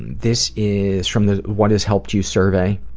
this is from the what has helped you survey.